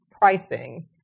pricing